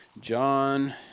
John